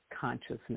consciousness